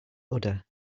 udder